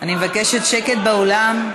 אני מבקשת שקט באולם.